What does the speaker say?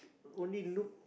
only look